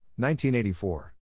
1984